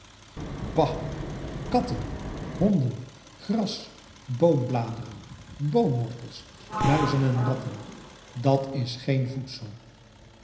bah katten honden gras boombladeren boomwortels muizen en ratten dat is geen voedsel